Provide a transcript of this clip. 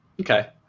Okay